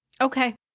Okay